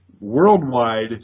worldwide